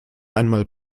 einmal